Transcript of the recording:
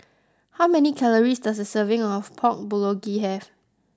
how many calories does a serving of Pork Bulgogi have